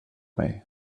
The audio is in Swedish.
mig